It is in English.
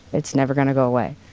it's never going to go away.